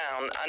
down